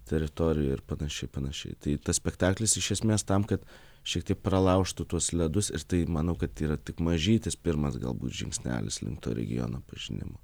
teritorijoj ir panašiai panašiai tai tas spektaklis iš esmės tam kad šiek tiek pralaužtų tuos ledus tai manau kad tai yra tik mažytis pirmas galbūt žingsnelis link to regiono pažinimo